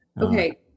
Okay